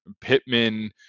Pittman